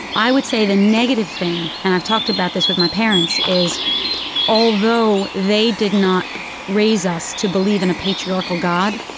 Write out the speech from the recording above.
i would say the negative thing and i've talked about this with my parents is although they did not raise us to believe in a patriarchal god,